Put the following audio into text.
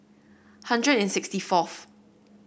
hundred and sixty fourth